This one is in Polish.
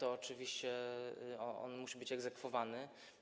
Oczywiście on musi być egzekwowany.